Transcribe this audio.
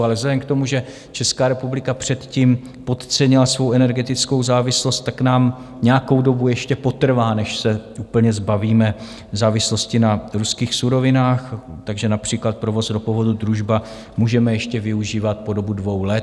Ale vzhledem k tomu, že Česká republika předtím podcenila svou energetickou závislost, tak nám nějakou dobu ještě potrvá, než se úplně zbavíme závislosti na ruských surovinách, takže například provoz ropovodu Družba můžeme ještě využívat po dobu dvou let.